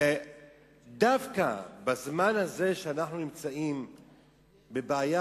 דווקא בזמן הזה שאנחנו נמצאים בבעיה